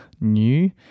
new